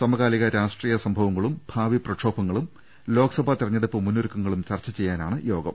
സമാകാലിക രാഷ്ട്രീയ സംഭവങ്ങളും ഭാവി പ്രക്ഷോഭങ്ങളും ലോക്സഭാ തെരഞ്ഞെടുപ്പ് മുന്നൊരുക്കങ്ങളും ചർച്ച ചെയ്യാനാണ് യോഗം